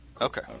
Okay